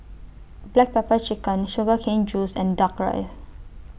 Black Pepper Chicken Sugar Cane Juice and Duck Rice